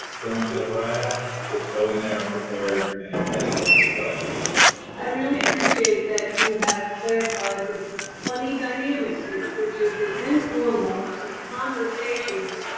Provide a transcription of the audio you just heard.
don't feel harassed. just go in their prepared and ready to answer questions. sylvia i really appreciate that you have clarified this funny dynamic here, which is its informal, it's conversational,